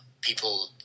people